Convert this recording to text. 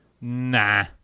Nah